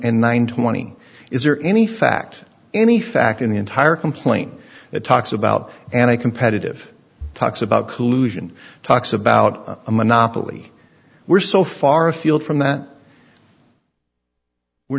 and nine twenty is there any fact any fact in the entire complaint that talks about anti competitive talks about collusion talks about a monopoly we're so far afield from that we're